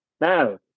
Now